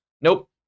Nope